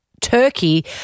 Turkey